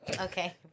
Okay